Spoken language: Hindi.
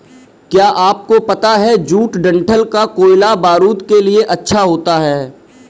क्या आपको पता है जूट डंठल का कोयला बारूद के लिए अच्छा होता है